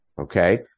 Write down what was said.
okay